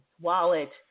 wallet